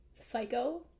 psycho